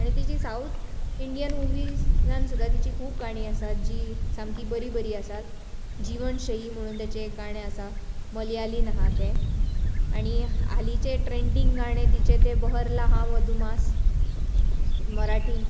आनी तिची south Indian मुवीजान सुद्दां तिची खूब गाणीं आसात जीं सामकीं बरीं बरीं आसात जीवन शैली म्हण तेचें एक गाणें आसा मळयालीन आहा तें आनी हालींचें ट्रेंडिंग गाणी तिचें तें बहरला हा मधुमास मराठी